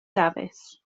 dafis